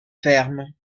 fermes